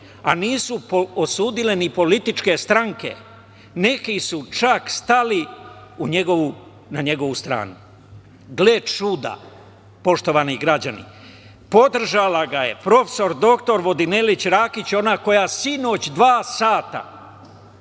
a nisu osudile ni političke stranke. Neki su čak stali na njegovu stranu. Gle čuda, poštovani građani, podržala ga je prof. dr Vodinelić Rakić, ona koja sinoć dva sata